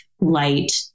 light